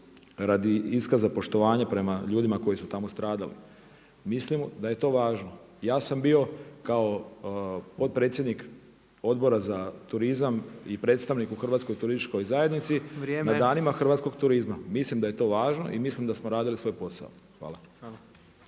radi iskaza poštovanja prema ljudima koji su tamo stradali. Mislimo da je to važno. Ja sam bio kao potpredsjednik Odbora za turizam i predstavnik u Hrvatskoj turističkoj zajednici na Danima hrvatskog turizma, mislim da je to važno i mislim da smo radili svoj posao. Hvala.